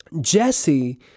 Jesse